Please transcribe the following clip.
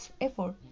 effort